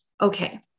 Okay